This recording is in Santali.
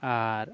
ᱟᱨ